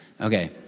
Okay